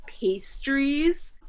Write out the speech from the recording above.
pastries